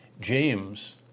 James